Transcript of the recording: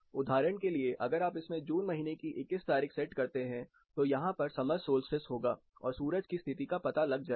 उदाहरण के लिए अगर इसमें जून महीने की 21 तारीख सेट करते हैं तो यहां पर समर सोल्स्टिस होगा और सूरज की स्थिति का पता लग जाएगा